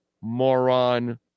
moron